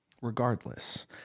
Regardless